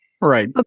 Right